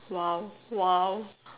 !wow! !wow!